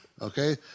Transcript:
Okay